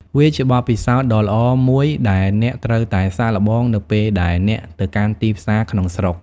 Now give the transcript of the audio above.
វាជាបទពិសោធន៍ដ៏ល្អមួយដែលអ្នកត្រូវតែសាកល្បងនៅពេលដែលអ្នកទៅកាន់ទីផ្សារក្នុងស្រុក។